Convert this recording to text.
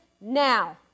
now